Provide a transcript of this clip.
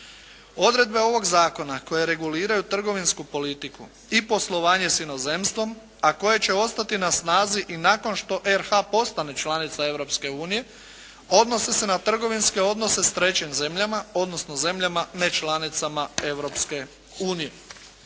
Odredbe ovog zakona koje reguliraju trgovinsku politiku i poslovanje s inozemstvom, a koje će ostati na snazi i nakon što RH-a postane članica Europske unije odnosi se na trgovinske odnose s trećim zemljama odnosno zemljama nečlanicama